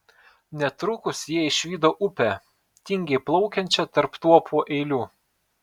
netrukus jie išvydo upę tingiai plaukiančią tarp tuopų eilių